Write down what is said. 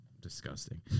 Disgusting